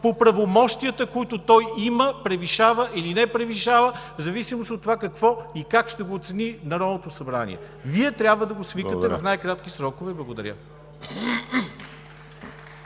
по правомощията, които той има, превишава или не превишава, в зависимост от това какво и как ще го оцени Народното събрание. Вие трябва да го свикате в най-кратки срокове. Благодаря.